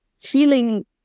healing